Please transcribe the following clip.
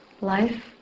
life